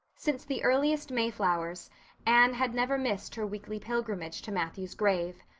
since the earliest mayflowers anne had never missed her weekly pilgrimage to matthew's grave.